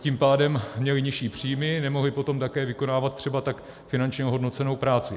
Tím pádem měly nižší příjmy, nemohly potom také vykonávat třeba tak finančně ohodnocenou práci.